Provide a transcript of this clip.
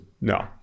no